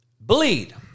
Bleed